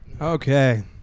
Okay